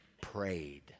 prayed